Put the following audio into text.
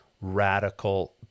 radical